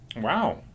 Wow